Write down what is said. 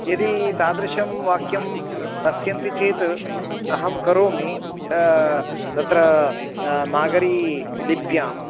यदि तादृशं वाक्यं न सन्ति चेत् अहं करोमि तत्र नागरी लिप्याम्